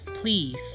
Please